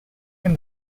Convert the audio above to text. when